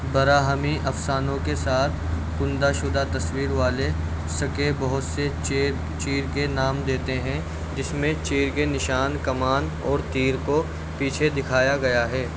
براہمی افسانوں کے ساتھ کندہ شدہ تصویر والے سکے بہت سے چیر کے نام دیتے ہیں جس میں چیر کے نشان کمان اور تیر کو پیچھے دکھایا گیا ہے